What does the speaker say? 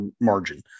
margin